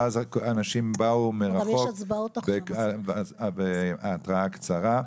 אנשים באו מרחוק בהתראה קצרה.